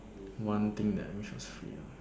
one thing that I wish was free ah